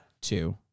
Two